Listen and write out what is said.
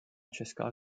česká